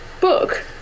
book